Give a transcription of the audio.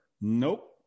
Nope